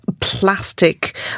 plastic